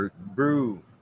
Brew